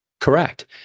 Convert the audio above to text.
Correct